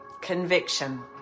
conviction